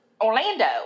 Orlando